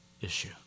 issue